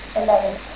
eleven